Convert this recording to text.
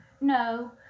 No